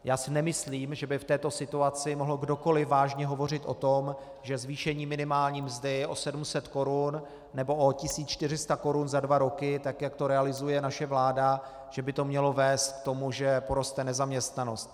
Já si nemyslím, že by v této situaci mohl kdokoli vážně hovořit o tom, že by zvýšení minimální mzdy o 700 korun nebo o 1 400 korun za dva roky, tak jak to realizuje naše vláda, mělo vést k tomu, že poroste nezaměstnanost.